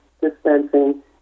dispensing